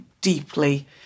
deeply